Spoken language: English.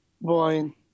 Boy